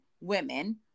women